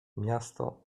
miasto